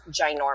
ginormous